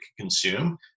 consume